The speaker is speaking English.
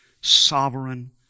sovereign